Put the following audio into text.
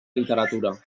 literatura